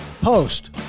post